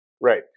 right